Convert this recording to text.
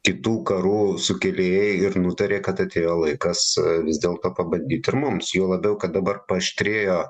kitų karų sukėlėjai ir nutarė kad atėjo laikas vis dėlto pabandyt ir mums juo labiau kad dabar paaštrėjo